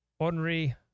Ordinary